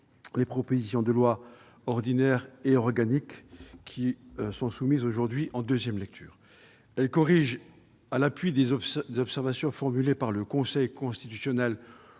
les propositions de loi, ordinaire et organique, qui nous sont soumises aujourd'hui en deuxième lecture. Ces textes corrigent, à la suite des observations formulées par le Conseil constitutionnel